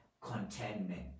contentment